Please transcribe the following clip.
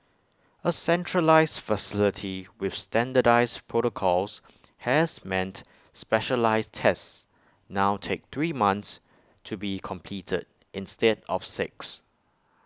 A centralised facility with standardised protocols has meant specialised tests now take three months to be completed instead of six